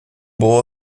було